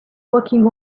walking